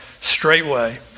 straightway